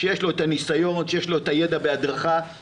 שיש לו את הניסיון ואת הידע בהדרכה.